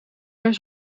meer